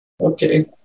Okay